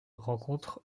rencontre